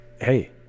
Hey